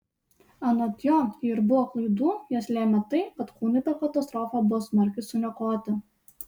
anot jo jei ir buvo klaidų jas lėmė tai kad kūnai per katastrofą buvo smarkiai suniokoti